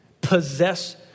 possess